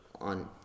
on